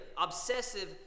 obsessive